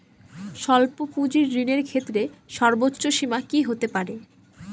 স্বল্প পুঁজির ঋণের ক্ষেত্রে সর্ব্বোচ্চ সীমা কী হতে পারে?